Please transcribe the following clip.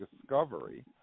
Discovery